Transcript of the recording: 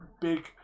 big